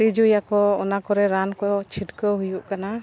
ᱛᱤᱡᱩᱭᱟᱠᱚ ᱚᱱᱟ ᱠᱚᱨᱮ ᱨᱟᱱ ᱠᱚ ᱪᱷᱤᱴᱠᱟᱹᱣ ᱦᱩᱭᱩᱜ ᱠᱟᱱᱟ